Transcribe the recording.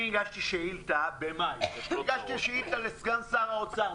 אני הגשתי שאילתה במאי, לסגן שר האוצר.